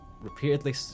repeatedly